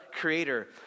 creator